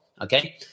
okay